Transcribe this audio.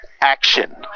action